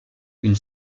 une